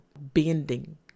bending